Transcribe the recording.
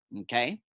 Okay